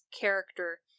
character